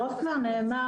הרוב כבר נאמר,